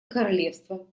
королевство